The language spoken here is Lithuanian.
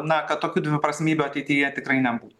na kad tokių dviprasmybių ateityje tikrai nebūtų